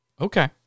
Okay